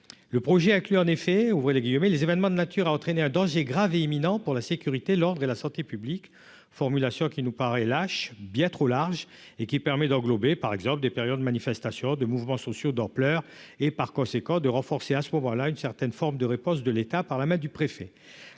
le projet inclut en effet ouvrez les guillemets, les événements de nature à entraîner un danger grave et imminente pour la sécurité, l'ordre et la santé publique, formulation qui nous paraît lâche bien trop large et qui permet d'englober par exemple des périodes manifestations de mouvements sociaux d'ampleur et par conséquent de renforcer, à ce moment-là, une certaine forme de réponse de l'État par la main du préfet